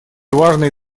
важные